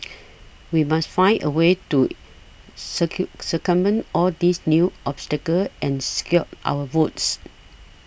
we must find a way to circumvent all these new obstacles and secure our votes